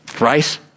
right